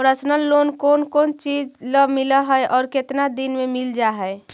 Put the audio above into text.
Personal loan कोन कोन चिज ल मिल है और केतना दिन में मिल जा है?